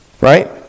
Right